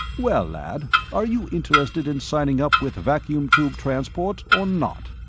well, lad, are you interested in signing up with vacuum tube transport or not?